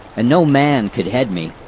and no man could head me!